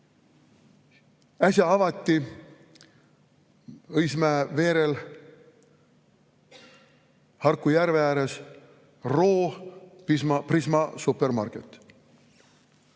Äsja avati Õismäe veerel Harku järve ääres Roo Prisma supermarket.